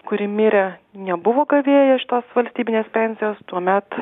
kuri mirė nebuvo gavėja šitos valstybinės pensijos tuomet